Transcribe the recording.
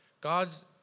God's